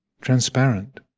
transparent